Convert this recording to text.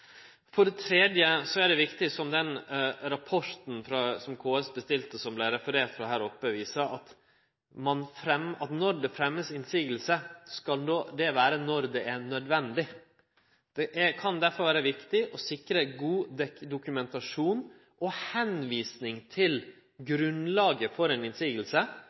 For det tredje er det viktig, som rapporten som KS bestilte, viser, og som det vart referert frå her oppe, at når det fremjast motsegn, skal det vere når det er nødvendig. Det kan derfor vere viktig å sikre god dokumentasjon og vise til grunnlaget for